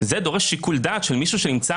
דרישות מנהליות שאתם,